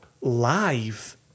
live